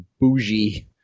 bougie